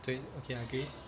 对 okay I agree